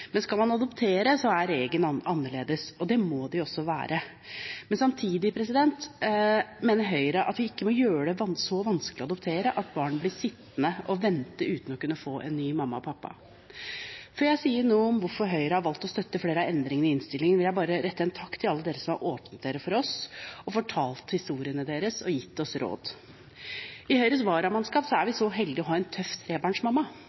Men skal man adoptere, er reglene annerledes, og det må de også være. Samtidig mener Høyre at vi ikke må gjøre det så vanskelig å adoptere at barn blir sittende og vente uten å kunne få en ny mamma og pappa. Før jeg sier noe om hvorfor Høyre har valgt å støtte flere av endringene i innstillingen, vil jeg bare rette en takk til alle dem som har åpnet seg for oss, fortalt historiene sine og gitt oss råd. I Høyres varamannskap er vi